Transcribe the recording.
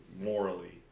morally